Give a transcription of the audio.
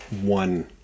one